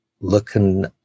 looking